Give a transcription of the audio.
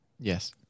Yes